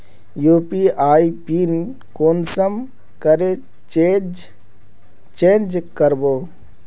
UPI pin कुंसम करे change करबो?